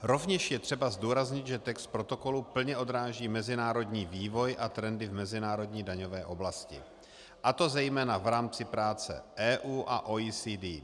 Rovněž je třeba zdůraznit, že text protokolu plně odráží mezinárodní vývoj a trendy v mezinárodní daňové oblasti, a to zejména v rámci práce EU a OECD.